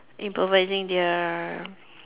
improvising their